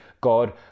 God